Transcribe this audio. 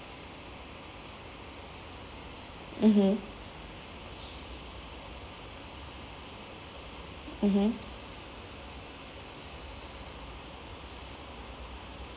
mmhmm mmhmm